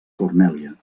cornèlia